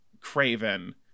Craven